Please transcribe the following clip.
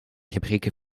gebreken